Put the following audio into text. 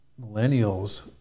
millennials